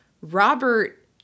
Robert